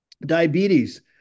diabetes